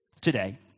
today